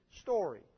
story